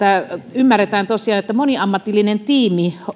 ymmärretään tosiaan että moniammatillinen tiimi